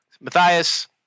Matthias